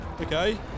Okay